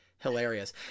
hilarious